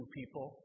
people